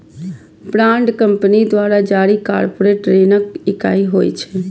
bond company द्वारा जारी corporate ऋणक इकाइ होइ छै